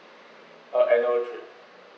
oh I know you should